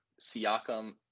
Siakam